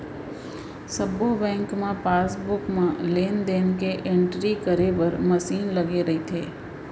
सब्बो बेंक म पासबुक म लेन देन के एंटरी करे बर मसीन लगे रइथे